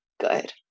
good